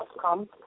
come